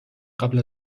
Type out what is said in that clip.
قبل